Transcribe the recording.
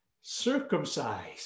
Circumcised